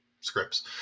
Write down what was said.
Scripts